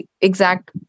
exact